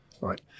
right